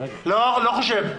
לא חושב.